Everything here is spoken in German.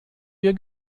wir